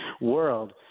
world